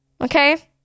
Okay